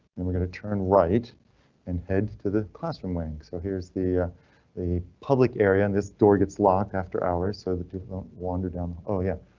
and we're going to turn right and head to the classroom wing. so here's the the public area in this door gets locked after hours so that people don't wander down. oh yeah,